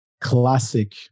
classic